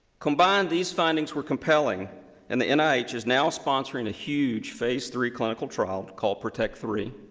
combined, these findings were compelling and the nih is now sponsoring a huge phase three clinical trial called protect three.